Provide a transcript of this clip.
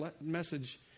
message